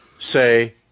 say